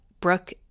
Brooke